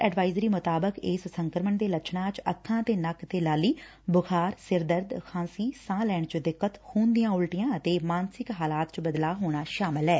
advisory ਮੁਤਾਬਿਕ ਇਸ ਸੰਕਰਮਣ ਦੇ ਲੱਛਣਾ ਚ ਅੱਖਾ ਤੇ ਨੱਕ ਤੇ ਲਾਲੀ ਬੂਖਾਰ ਸਿਰਦਰਦ ਖਾਸੀ ਸਾਹ ਲੈਣ ਚ ਦਿਕੱਤ ਖੂਨ ਦੀਆਂ ਉਲਟੀਆਂ ਅਤੇ ਮਾਨਸਿਕ ਹਾਲਾਤ ਚ ਬਦਲਾਅ ਹੋਣਾ ਸਾਮਲ ਐ